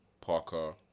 Parker